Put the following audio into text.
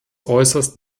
äußerst